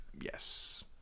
yes